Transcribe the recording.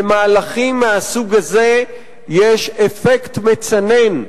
למהלכים מהסוג הזה יש אפקט מצנן,